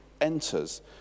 enters